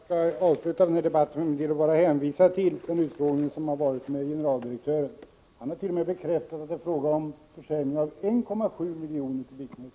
Herr talman! Jag skall avsluta denna debatt genom att hänvisa till den utfrågning som förekommit med generaldirektören. Han hart.o.m. bekräftat att det var fråga om försäljning av 1,7 miljoner kubikmeter.